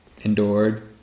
endured